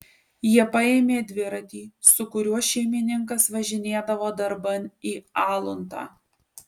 jie paėmė dviratį su kuriuo šeimininkas važinėdavo darban į aluntą